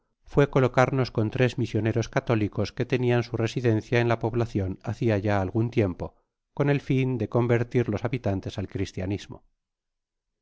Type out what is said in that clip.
fue colo caraos con tres misioneros católicos que tenian su residencia en la poblacion hacia ya algun tiempo con el fin dé convertir los habitantes ai cristianismo